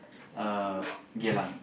uh Geylang